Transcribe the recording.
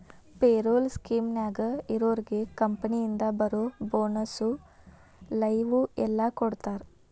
payroll ಸ್ಕೇಮ್ನ್ಯಾಗ ಇರೋರ್ಗೆ ಕಂಪನಿಯಿಂದ ಬರೋ ಬೋನಸ್ಸು ಲಿವ್ವು ಎಲ್ಲಾ ಕೊಡ್ತಾರಾ